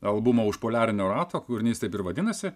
albumo už poliarinio rato kūrinys taip ir vadinasi